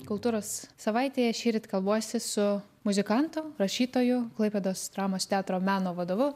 kultūros savaitėje šįryt kalbuosi su muzikantu rašytoju klaipėdos dramos teatro meno vadovu